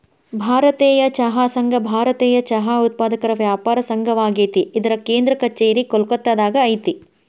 ಭಾರತೇಯ ಚಹಾ ಸಂಘ ಭಾರತೇಯ ಚಹಾ ಉತ್ಪಾದಕರ ವ್ಯಾಪಾರ ಸಂಘವಾಗೇತಿ ಇದರ ಕೇಂದ್ರ ಕಛೇರಿ ಕೋಲ್ಕತ್ತಾದಾಗ ಐತಿ